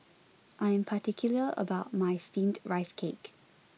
I am particular about my steamed rice cake